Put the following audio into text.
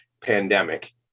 pandemic